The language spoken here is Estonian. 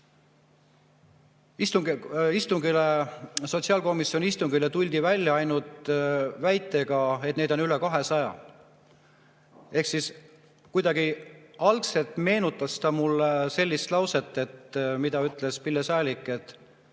Sotsiaalkomisjoni istungil tuldi välja ainult väitega, et neid on üle 200. Kuidagi meenutas see mulle sellist lauset, mida ütles Pille Säälik, et